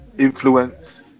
influence